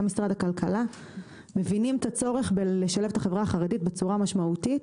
גם משרד הכלכלה מבינים את הצורך בלשלב את החברה החרדית בצורה משמעותית,